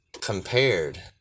compared